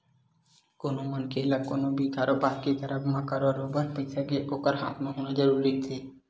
कोनो मनखे ल कोनो भी कारोबार के करब म बरोबर पइसा के ओखर हाथ म होना जरुरी रहिथे